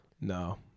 No